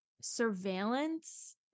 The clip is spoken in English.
surveillance